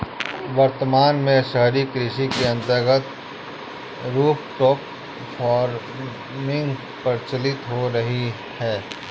वर्तमान में शहरी कृषि के अंतर्गत रूफटॉप फार्मिंग प्रचलित हो रही है